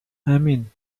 امین